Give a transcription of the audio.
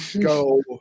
go